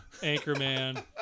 Anchorman